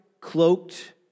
cloaked